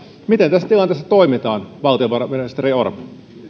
miten tässä tilanteessa toimitaan valtiovarainministeri orpo